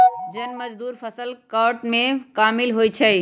जन मजदुर फ़सल काटेमें कामिल होइ छइ